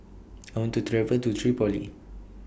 I want to travel to Tripoli